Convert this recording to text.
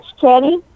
Teddy